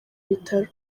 bitaro